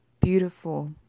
beautiful